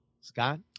Scott